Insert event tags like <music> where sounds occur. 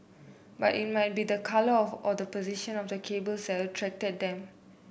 but it might be the colour of or the position of the cables <unintelligible> attracted them